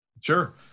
Sure